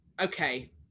okay